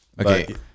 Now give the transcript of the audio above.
Okay